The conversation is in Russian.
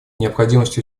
необходимость